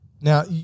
now